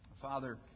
Father